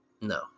No